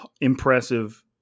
impressive